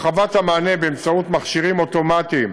הרחבת המענה באמצעות מכשירים אוטומטיים